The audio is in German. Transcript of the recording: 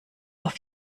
auf